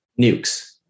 nukes